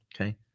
okay